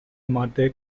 ماده